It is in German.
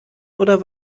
oder